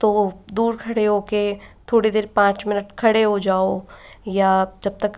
तो दूर खड़े हो के थोड़ी देर पाँच मिनट खड़े हो जाओ या तब तक